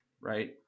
right